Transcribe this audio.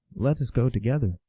let us go together.